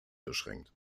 beschränkt